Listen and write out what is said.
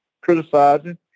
criticizing